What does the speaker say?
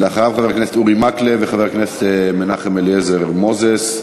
ולהעניש אותם על זה שבחרו בפלסטיני בשביל להקים משפחה.